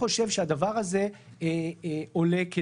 תסבירו איך זה נותן מענה,